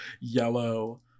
yellow